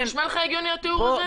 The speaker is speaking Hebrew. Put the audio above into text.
נשמע לך הגיוני התיאור הזה?